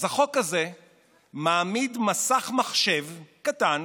אז החוק הזה מעמיד בבית המעצר מסך מחשב קטן,